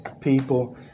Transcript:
people